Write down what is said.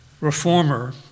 reformer